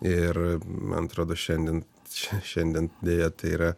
ir man atrodo šiandien šiandien deja tai yra